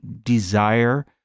desire